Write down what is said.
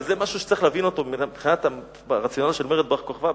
וזה משהו שצריך להבין אותו מבחינת הרציונל של מרד בר-כוכבא,